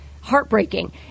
heartbreaking